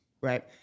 right